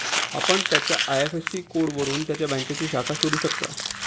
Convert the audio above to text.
आपण त्याच्या आय.एफ.एस.सी कोडवरून त्याच्या बँकेची शाखा शोधू शकता